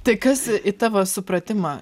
tai kas į tavo supratimą